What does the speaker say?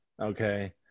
Okay